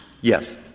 Yes